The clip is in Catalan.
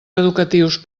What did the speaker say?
educatius